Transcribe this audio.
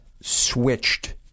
switched